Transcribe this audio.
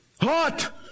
Hot